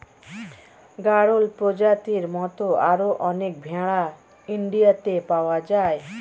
গাড়ল প্রজাতির মত আরো অনেক ভেড়া ইন্ডিয়াতে পাওয়া যায়